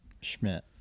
Schmidt